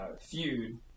feud